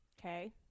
okay